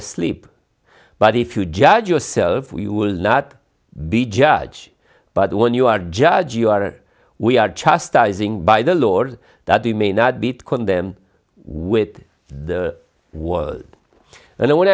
asleep but if you judge yourself we will not be judge but when you are judge you are we are chastising by the lord that he may not be to condemn with the world and then when